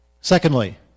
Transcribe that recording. Secondly